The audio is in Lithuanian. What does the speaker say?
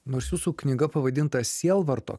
nors jūsų knyga pavadinta sielvarto